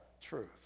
truth